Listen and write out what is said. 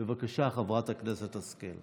בבקשה, חברת הכנסת השכל.